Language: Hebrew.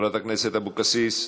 חברת הכנסת אבקסיס,